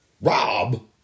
rob